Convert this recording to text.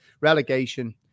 relegation